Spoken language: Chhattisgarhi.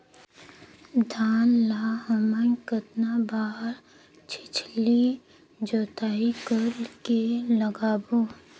धान ला हमन कतना बार छिछली जोताई कर के लगाबो?